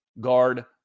guard